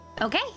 Okay